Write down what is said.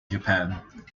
japan